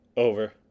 over